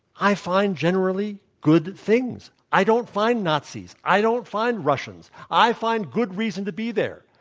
i find generally good things. i don't find nazis. i don't find russians. i find good reason to be there.